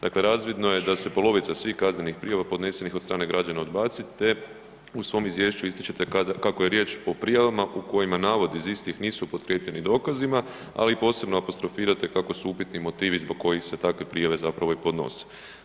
Dakle razvidno je da se polovica svih kaznenih prijava podnesenih od strane građana odbacite, u svom Izvješću ističete kako je riječ o prijavama u kojima navodi iz istih nisu potkrijepljeni dokazima, ali posebno apostrofirati kako su upitni motivi zbog kojih se takve prijave zapravo i podnose.